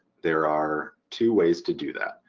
there are two ways to do that.